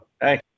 hey